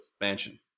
mansion